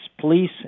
police